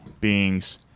beings